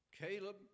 Caleb